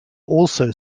also